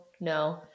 no